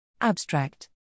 Abstract